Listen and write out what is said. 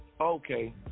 okay